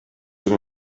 den